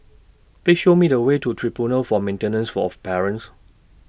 Please Show Me The Way to Tribunal For Maintenance of Parents